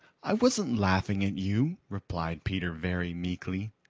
i wasn't laughing at you, replied peter very meekly.